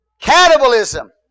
cannibalism